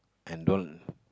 and don't